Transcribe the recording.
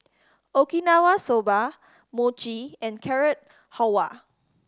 Okinawa Soba Mochi and Carrot Halwa